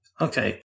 Okay